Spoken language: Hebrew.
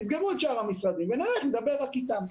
תסגרו את שאר המשרדים ונלך ונדבר רק איתם.